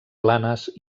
planes